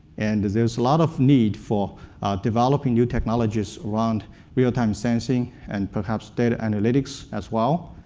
and there's a lot of need for developing new technologies around real-time sensing, and perhaps data analytics as well.